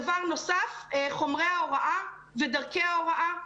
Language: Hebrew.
דבר נוסף, חומרי ההוראה ודרכי ההוראה.